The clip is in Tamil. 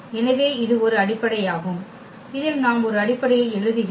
எனவே இது ஒரு அடிப்படையாகும் இதில் நாம் ஒரு அடிப்படையை எழுதுகிறோம்